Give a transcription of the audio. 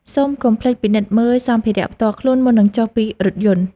សូមកុំភ្លេចពិនិត្យមើលសម្ភារៈផ្ទាល់ខ្លួនមុននឹងចុះពីរថយន្ត។